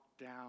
down